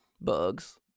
bugs